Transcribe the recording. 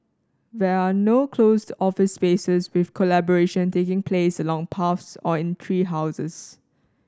there are no closed office spaces with collaboration taking place along paths or in tree houses